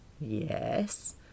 Yes